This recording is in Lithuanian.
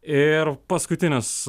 ir paskutinis